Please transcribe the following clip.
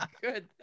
Good